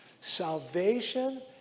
Salvation